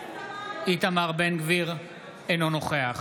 אינו נוכח